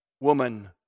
woman